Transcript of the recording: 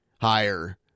higher